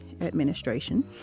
Administration